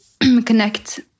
connect